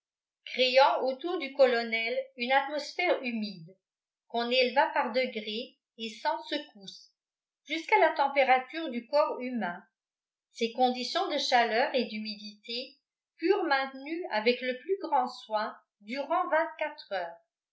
créant autour du colonel une atmosphère humide qu'on éleva par degrés et sans secousse jusqu'à la température du corps humain ces conditions de chaleur et d'humidité furent maintenues avec le plus grand soin durant vingt-quatre heures